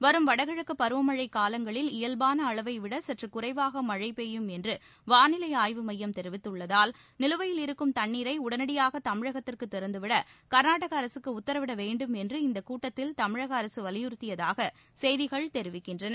வரும் வடகிழக்குப் பருவமழைக் காலங்களில் இயல்பான அளவைவிட சற்று குறைவாக மழை பெய்யும் என்று வானிலை ஆய்வு மையம் தெரிவித்துள்ளதால் நிலுவையில் இருக்கும் தண்ணீரர உடனடியாக தமிழகத்திற்கு திறந்துவிட கர்நாடக அரசுக்கு உத்தரவிட வேண்டும் என்று இந்தக் கூட்டத்தில் தமிழக அரசு வலியுறுத்தியதாக செய்திகள் தெரிவிக்கின்றன